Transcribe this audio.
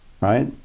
right